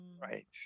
Right